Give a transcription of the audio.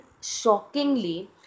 shockingly